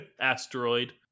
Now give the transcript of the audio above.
asteroid